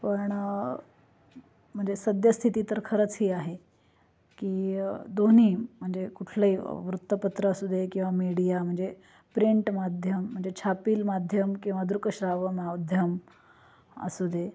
पण म्हणजे सद्यस्थिती तर खरंच ही आहे की दोन्ही म्हणजे कुठलेही वृत्तपत्र असू दे किंवा मीडिया म्हणजे प्रिंट माध्यम म्हणजे छापिल माध्यम किंवा दृकश्राव्य माध्यम असू दे